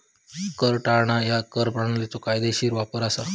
कर टाळणा ह्या कर प्रणालीचो कायदेशीर वापर असा